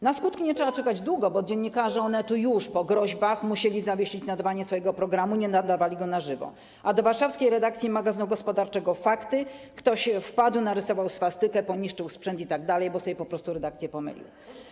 Na skutki nie trzeba było czekać długo, bo dziennikarze Onetu po groźbach musieli już zawiesić nadawanie swojego programu, nie nadawali go na żywo, a do warszawskiej redakcji „Faktów. Magazynu Gospodarczego” ktoś wpadł, narysował swastykę, poniszczył sprzęt itd., bo po prostu redakcje pomylił.